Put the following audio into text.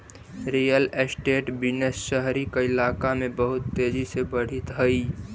real estate business शहरी कइलाका में बहुत तेजी से बढ़ित हई